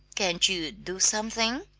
can't you do something?